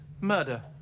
murder